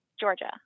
Georgia